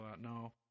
No